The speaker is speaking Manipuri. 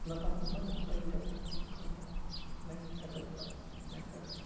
ꯃꯐꯝ ꯑꯃꯗ ꯄꯩꯔꯒ ꯑꯩꯈꯣꯏꯅ ꯃꯩ ꯊꯥꯗꯣꯛꯄ ꯅꯠꯇ꯭ꯔꯒ